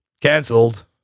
cancelled